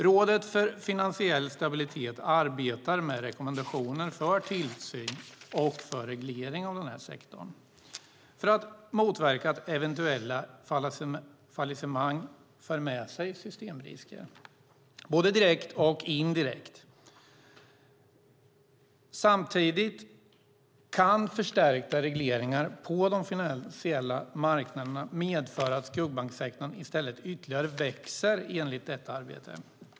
Rådet för finansiell stabilitet arbetar med rekommendationer för tillsyn och reglering av den här sektorn för att motverka att eventuella fallissemang för med sig systemrisker, både direkt och indirekt. Samtidigt kan förstärkta regleringar på de finansiella marknaderna medföra att skuggbanksektorn i stället ytterligare växer, enligt detta arbete.